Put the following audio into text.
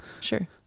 Sure